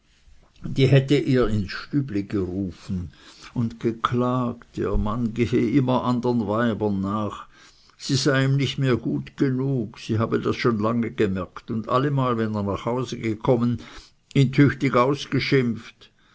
die hätte ihr ins stübli gerufen und geklagt ihr mann gehe immer andern weibern nach sie sei ihm nicht mehr gut genug sie habe das schon lange gemerkt und allemal wenn er nach hause gekommen ihn tüchtig ausgeschimpft